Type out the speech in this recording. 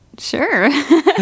Sure